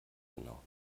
genau